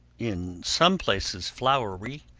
in some places flowery,